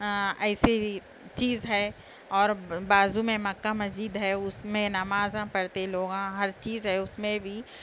ایسی چیز ہے اور بازو میں مکہ مسجد ہے اس میں نماز ہم پڑھتے لوگاں ہر چیز ہے اس میں بھی